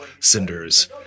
cinders